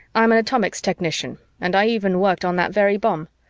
i'm an atomics technician and i even worked on that very bomb.